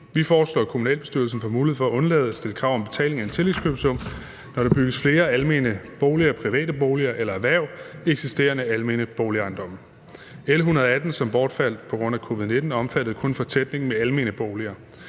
Vi foreslår, at kommunalbestyrelsen får mulighed for at undlade at stille krav om betaling af en tillægskøbesum, når der bygges flere almene boliger, private boliger eller erhverv i eksisterende almene boligejendomme. L 118, som bortfaldt på grund af covid-19, omfattede kun fortætning af almene boliger.